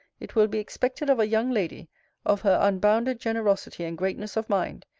it will be expected of a young lady of her unbounded generosity and greatness of mind,